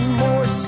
more